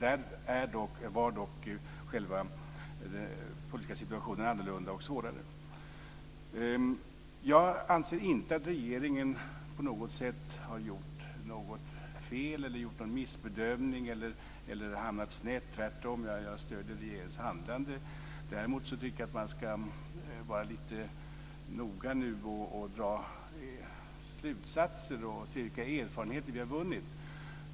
Där var dock själva den politiska situationen annorlunda och svårare. Jag anser inte att regeringen på något sätt har gjort något fel eller missbedömning eller hamnat snett. Tvärtom stöder jag regeringens handlande. Däremot tycker jag att man ska vara lite noggrann nu; dra slutsatser och se vilka erfarenheter vi har vunnit.